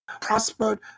prospered